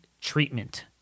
treatment